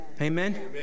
Amen